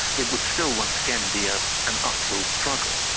it would still once again be ah an uphill struggle.